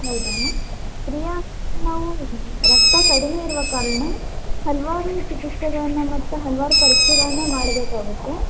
ಹೌದಮ್ಮಾ ಪ್ರಿಯಾ ನಿಮಗೆ ನಾವು ರಕ್ತ ಕಡಿಮೆ ಇರುವ ಕಾರಣ ಹಲವಾರು ಚಿಕಿತ್ಸೆಗಳನ್ನು ಮತ್ತು ಹಲವಾರು ಪರೀಕ್ಷೆಗಳನ್ನು ಮಾಡಬೇಕಾಗುತ್ತೆ